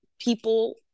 people